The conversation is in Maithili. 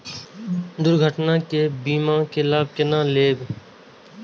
हम दुर्घटना के बीमा के लाभ केना लैब?